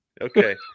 okay